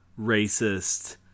racist